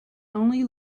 only